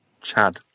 Chad